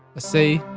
a c,